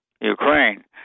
Ukraine